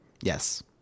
Yes